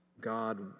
God